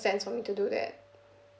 sense for me to do that